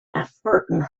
averting